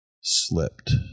slipped